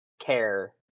care